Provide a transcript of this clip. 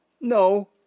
No